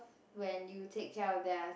when you take care of their